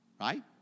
right